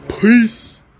Peace